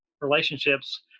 relationships